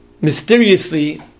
Mysteriously